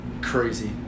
crazy